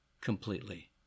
completely